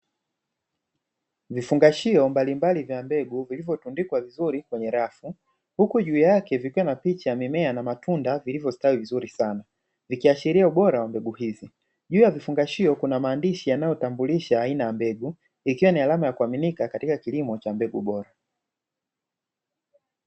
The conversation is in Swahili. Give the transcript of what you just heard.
Vifungashio mbalimbali vya mbegu vilivyotundikwa vizuri kwenye shelfu, huku juu yake vikiwa na picha ya mimea na matunda vilivyostawi vizuri sana zikiashiria ubora wa mbegu hizi. Juu ya vifungashio kuna maandishi yanayotambulisha aina ya mbegu ikiwa ni alama ya kuaminika katika kilimo cha mbegu bora.